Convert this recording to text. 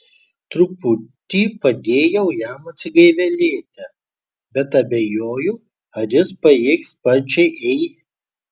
truputį padėjau jam atsigaivelėti bet abejoju ar jis pajėgs sparčiai ei